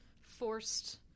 forced